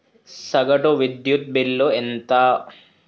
సగటు విద్యుత్ బిల్లు ఎంత?